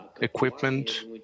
equipment